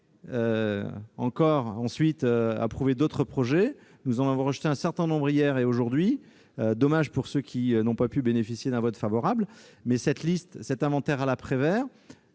encore approuver d'autres projets. Nous en avons rejeté un certain nombre hier et aujourd'hui- dommage pour ceux qui n'ont pas pu bénéficier d'un vote favorable. Mais cet inventaire à la Prévert